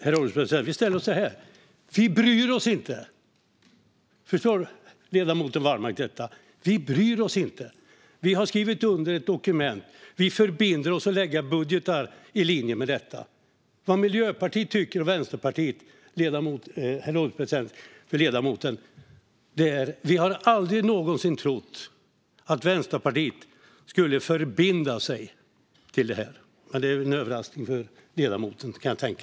Herr ålderspresident! Vi ställer oss så här: Vi bryr oss inte! Förstår ledamoten Wallmark detta? Vi bryr oss inte. Vi har skrivit under ett dokument. Vi förbinder oss att lägga fram budgetar i linje med detta. Vi har aldrig någonsin trott att Vänsterpartiet och Miljöpartiet skulle förbinda sig till detta - men det är väl en överraskning för ledamoten, kan jag tänka.